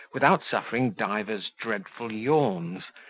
without suffering divers dreadful yawns,